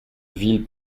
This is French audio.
ville